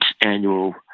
annual